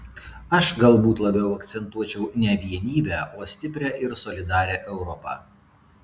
aš galbūt labiau akcentuočiau ne vienybę o stiprią ir solidarią europą